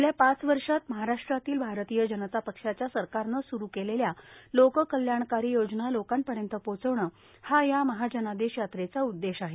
गेल्या पाच वर्शात महाराश्ट्रातील भारतीय जनता पक्षाच्या सरकारनं सुरू केलेल्या लोककल्याणकारी योजना लोकांपर्यंत पोहोचवणे हा या महाजनादेश यात्रेचा उद्देश आहे